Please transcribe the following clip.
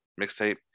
mixtape